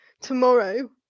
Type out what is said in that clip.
tomorrow